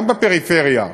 גם בפריפריה,